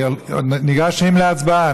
אולי זה יעזור להרגיע את הכאב מהתסכול.